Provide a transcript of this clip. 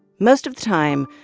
most of the time,